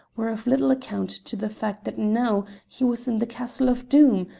were of little account to the fact that now he was in the castle of doom,